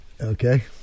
okay